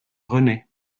rené